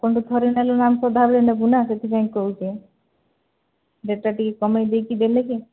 ଆପଣଙ୍କଠୁ ଥରେ ନେଲୁ ନା ସଦାବେଳେ ନେବୁ ନା ସେଥିପାଇଁ କହୁଛି ରେଟଟା ଟିକେ କମେଇ ଦେଇକି ଦେଲେ ଯେ